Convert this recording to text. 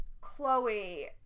chloe